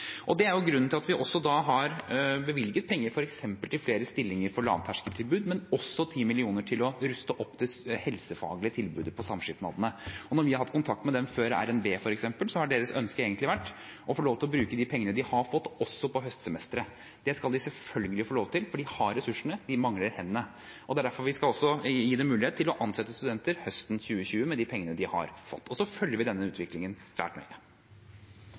Det er grunnen til at vi også har bevilget penger f.eks. til flere stillinger på lavterskeltilbud, men også 10 mill. kr til å ruste opp det helsefaglige tilbudet på samskipnadene. Når vi har hatt kontakt med dem før RNB f.eks., så har deres ønske egentlig vært å få lov til å bruke de pengene de har fått, også på høstsemesteret. Det skal de selvfølgelig få lov til, for de har ressursene, de mangler hendene. Det er derfor vi skal gi dem mulighet til å ansette studenter høsten 2021, med de pengene de har fått. Så følger vi denne utviklingen.